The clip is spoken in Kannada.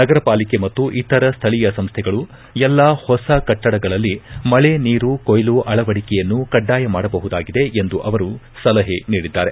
ನಗರ ಪಾಲಿಕೆ ಮತ್ತು ಇತರ ಸ್ಲಳೀಯ ಸಂಸ್ಲೆಗಳು ಎಲ್ಲ ಹೊಸ ಕಟ್ಟಡಗಳಲ್ಲಿ ಮಳೆ ನೀರು ಕೊಯ್ಲ ಅಳವಡಿಕೆಯನ್ನು ಕಡ್ಲಾಯ ಮಾಡಬಹುದಾಗಿದೆ ಎಂದು ಅವರು ಸಲಹೆ ನೀಡಿದ್ದಾರೆ